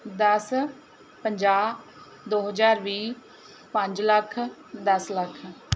ਦਸ ਪੰਜਾਹ ਦੋ ਹਜ਼ਾਰ ਵੀਹ ਪੰਜ ਲੱਖ ਦਸ ਲੱਖ